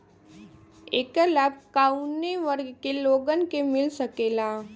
ऐकर लाभ काउने वर्ग के लोगन के मिल सकेला?